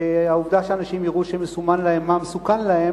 והעובדה שאנשים יראו שמסומן להם מה מסוכן להם,